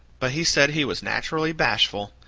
but he said he was naturally bashful,